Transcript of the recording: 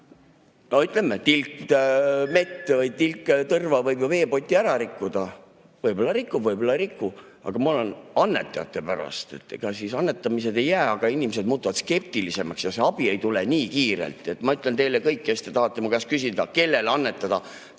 No ütleme, et tilk tõrva võib ju meepoti ära rikkuda. Võib-olla rikub, võib-olla ei riku. Aga ma olen [mures] annetajate pärast. Ega siis annetamised [tegemata] ei jää, aga inimesed muutuvad skeptilisemaks, ja see abi ei tule nii kiirelt. Ma ütlen teile kõik, kes te tahate minu käest küsida, kellele annetada: